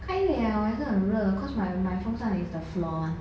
开 liao 我还是很热 cause my 风扇 is the floor one